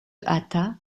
hâta